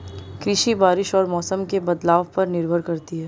कृषि बारिश और मौसम के बदलाव पर निर्भर करती है